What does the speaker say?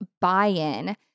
buy-in